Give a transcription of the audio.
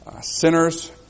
Sinners